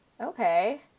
Okay